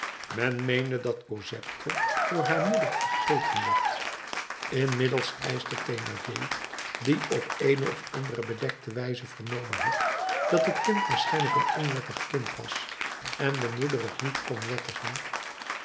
men meende dat cosette door haar moeder vergeten werd inmiddels eischte thénardier die op eene of andere bedekte wijze vernomen had dat het kind waarschijnlijk een onwettig kind was en de moeder het niet kon wettigen